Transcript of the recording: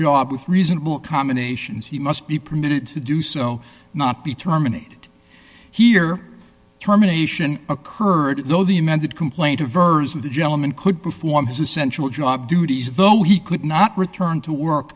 job with reasonable combinations he must be permitted to do so not be terminated here terminations occurred though the amended complaint a version of the gentleman could perform his essential job duties though he could not return to work